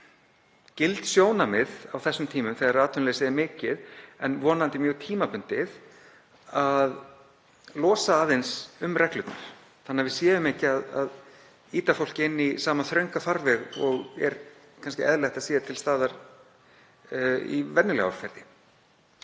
gild sjónarmið, á þessum tímum þegar atvinnuleysi er mikið en vonandi mjög tímabundið, að losa aðeins um reglurnar þannig að við séum ekki að ýta fólki inn í sama þrönga farveg og er kannski eðlilegt að sé í venjulegu árferði.